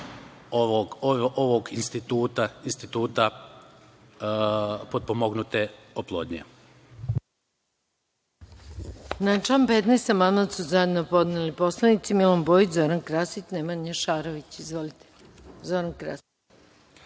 ovog instituta potpomognute oplodnje.